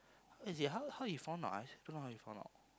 as in how how you found out ah I also don't know how you found out